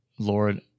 Lord